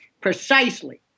Precisely